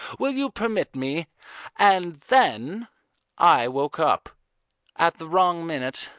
will you permit me and then i woke up at the wrong minute,